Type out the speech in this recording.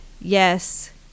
yes